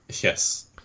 Yes